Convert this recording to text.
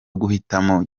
guhitamo